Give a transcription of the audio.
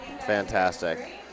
fantastic